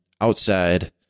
outside